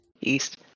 East